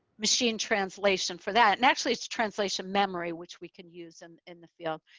machine translation for that. and actually it's translation memory, which we can use and in the field.